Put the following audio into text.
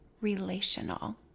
relational